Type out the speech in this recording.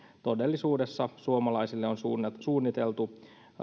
todellisuudessa suomalaisille on suunniteltu